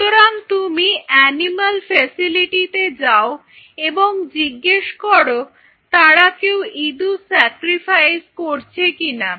সুতরাং তুমি অ্যানিমেল ফ্যাসিলিটিতে যাও এবং জিজ্ঞেস করো তারা কেউ ইঁদুর স্যাক্রিফাইস করছে কিনা